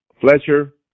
Fletcher